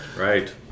Right